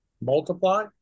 multiply